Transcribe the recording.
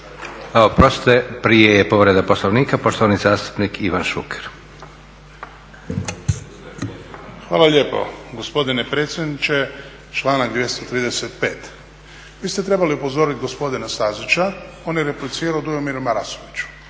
Oprostite, prije je povreda Poslovnika. Poštovani zastupnik Ivan Šuker. **Šuker, Ivan (HDZ)** Hvala lijepo gospodine predsjedniče. Članak 235. Vi ste trebali upozoriti gospodina Stazića. On je replicirao Dujomiru Marasoviću,